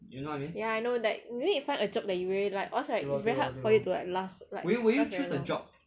yeah I know like you need find a job that you really like cause like is very hard for you to last like not very long